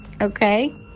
Okay